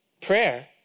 prayer